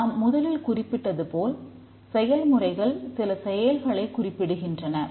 நாம் முதலில் குறிப்பிட்டது போல் செயல்முறைகள் சில செயல்களை குறிப்பிடுகின்றன